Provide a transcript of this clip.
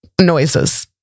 noises